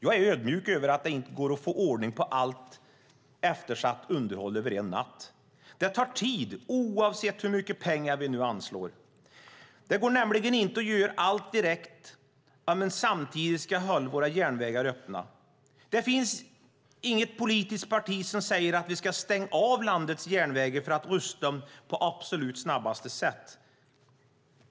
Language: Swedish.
Jag är ödmjuk inför att det inte går att få ordning på allt eftersatt underhåll över en natt. Det tar tid oavsett hur mycket pengar vi nu anslår. Det går nämligen inte att göra allt direkt om man samtidigt ska hålla våra järnvägar öppna. Det finns inget politiskt parti som säger att vi ska stänga av landets järnvägar för att rusta dem på absolut snabbaste sätt.